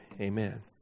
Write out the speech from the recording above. Amen